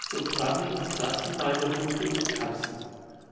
so krabben und kratzen meine hunde und katzen